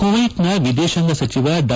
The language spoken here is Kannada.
ಕುವೈತ್ನ ಎದೇಶಾಂಗ ಸಚಿವ ಡಾ